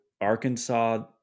Arkansas